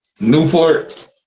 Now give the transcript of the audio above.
Newport